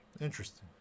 interesting